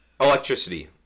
Electricity